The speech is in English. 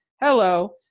Hello